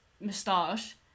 moustache